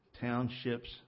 townships